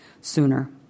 sooner